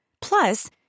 Plus